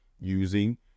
using